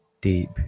deep